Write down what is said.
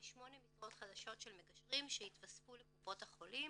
שמונה משרות חדשות של מגשרים שהתווספו לקופות החולים,